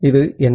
இது என்ன